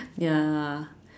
ya